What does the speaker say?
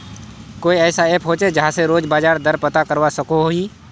कोई ऐसा ऐप होचे जहा से रोज बाजार दर पता करवा सकोहो ही?